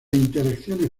interacciones